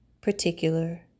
particular